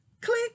Click